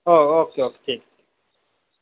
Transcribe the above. ओ okay okay ठीक ऐ